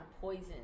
poison